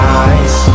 eyes